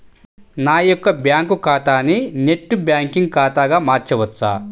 నా యొక్క బ్యాంకు ఖాతాని నెట్ బ్యాంకింగ్ ఖాతాగా మార్చవచ్చా?